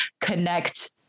connect